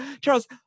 Charles